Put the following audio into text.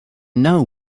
know